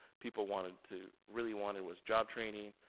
people wanted to, really wanted was job training,